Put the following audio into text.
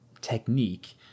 technique